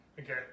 Okay